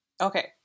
Okay